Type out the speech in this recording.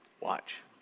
watch